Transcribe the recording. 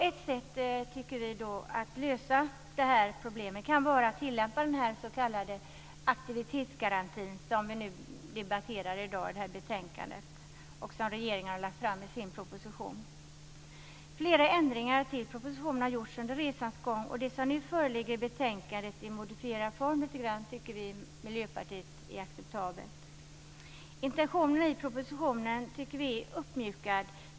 Ett sätt att lösa detta problem kan vara att tillämpa den s.k. aktivitetsgarantin, som vi diskuterar i betänkandet och som regeringen har lagt fram förslag om i sin proposition. Flera ändringar har gjorts i propositionen under resans gång, och det som nu föreligger i betänkandet i modifierad form tycker vi i Miljöpartiet är acceptabelt. Intentionen i propositionen är uppmjukad.